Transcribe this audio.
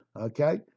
Okay